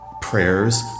prayers